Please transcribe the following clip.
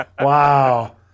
wow